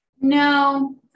No